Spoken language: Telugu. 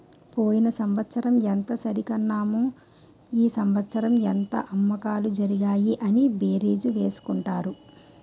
పోయిన సంవత్సరం ఎంత సరికన్నాము ఈ సంవత్సరం ఎంత అమ్మకాలు జరిగాయి అని బేరీజు వేసుకుంటారు